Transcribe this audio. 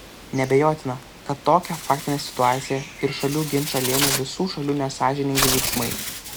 neabejotina kad tokią faktinę situaciją ir šalių ginčą lėmė visų šalių nesąžiningi veiksmai